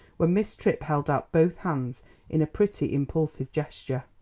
when miss tripp held out both hands in a pretty, impulsive gesture.